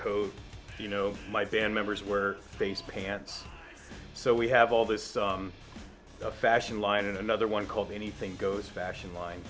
coat you know my band members were based pants so we have all this fashion line and another one called anything goes fashion line